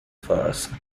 force